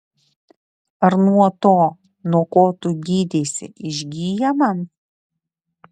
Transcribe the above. ar nuo to nuo ko tu gydeisi išgyjama